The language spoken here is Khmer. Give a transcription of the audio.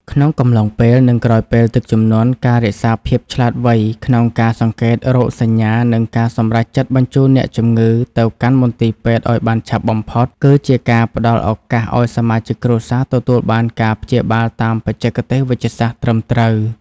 ក្នុងកំឡុងពេល និងក្រោយពេលទឹកជំនន់ ការរក្សាភាពឆ្លាតវៃក្នុងការសង្កេតរោគសញ្ញា និងការសម្រេចចិត្តបញ្ជូនអ្នកជំងឺទៅកាន់មន្ទីរពេទ្យឱ្យបានឆាប់បំផុត គឺជាការផ្តល់ឱកាសឱ្យសមាជិកគ្រួសារទទួលបានការព្យាបាលតាមបច្ចេកទេសវេជ្ជសាស្ត្រត្រឹមត្រូវ។